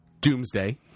Doomsday